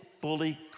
fully